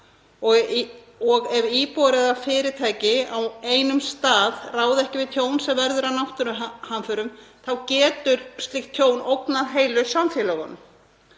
og ef íbúar eða fyrirtæki á einum stað ráða ekki við tjón sem verður af náttúruhamförum þá getur slíkt tjón ógnað heilu samfélögunum.